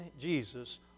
Jesus